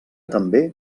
també